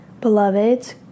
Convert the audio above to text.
beloved